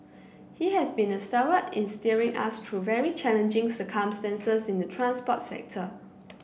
he has been a stalwart in steering us through very challenging circumstances in the transport sector